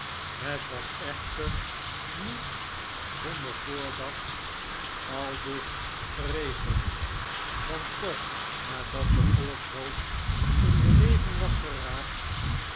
het was echter niet zonder voordacht aldus geregeld want kort nadat de volkshoop in beweging was geraakt